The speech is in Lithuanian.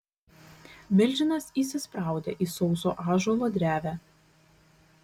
milžinas įsispraudė į sauso ąžuolo drevę